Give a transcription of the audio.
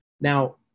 Now